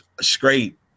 straight